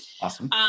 awesome